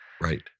Right